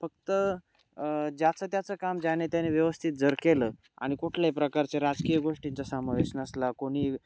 फक्तं ज्याचं त्याचं काम ज्याने त्याने व्यवस्थित जर केलं आणि कुठल्याही प्रकारच्या राजकीय गोष्टींचा सामावेश नसला कोणी